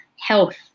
health